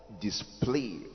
display